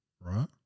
right